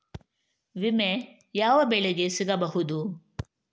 ವಿಮೆ ಯಾವ ಬೆಳೆಗೆ ಸಿಗಬಹುದು?